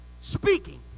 speaking